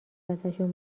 ازشون